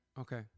okay